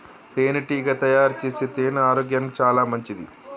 తేనెటీగ తయారుచేసే తేనె ఆరోగ్యానికి చాలా మంచిది